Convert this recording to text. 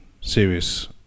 serious